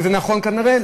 וזה נכון כנראה,